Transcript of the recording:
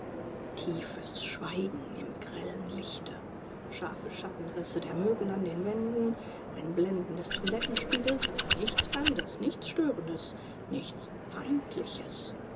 tiefes schweigen im grellen lichte scharfe schattenrisse der möbel an den wänden ein blenden des toilettenspiegels aber nichts fremdes nichts störendes nichts feindliches